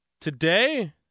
today